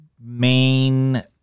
main